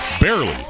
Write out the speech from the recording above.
barely